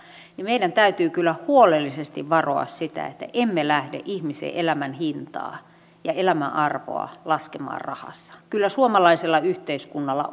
niin meidän täytyy kyllä huolellisesti varoa sitä että emme lähde ihmisen elämän hintaa ja elämän arvoa laskemaan rahassa kyllä suomalaisella yhteiskunnalla